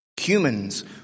Humans